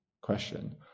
question